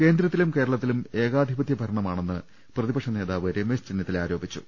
കേന്ദ്രത്തിലും കേരളത്തിലും ഏകാധിപത്യ ഭരണമാണെന്ന് പ്രതിപക്ഷ നേതാവ് രമേശ് ചെന്നിത്തല ആരോപിച്ചു